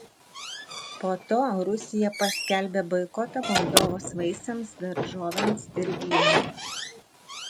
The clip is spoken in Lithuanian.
po to rusija paskelbė boikotą moldovos vaisiams daržovėms ir vynui